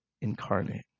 incarnate